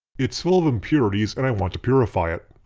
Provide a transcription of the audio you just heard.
it's full of impurities and i want to purify it.